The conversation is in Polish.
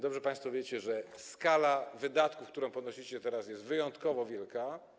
Dobrze państwo wiecie, że skala wydatków, które ponosicie, teraz jest wyjątkowo wielka.